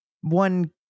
one